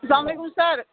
السلامُ علیکُم سَر